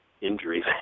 injuries